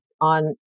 on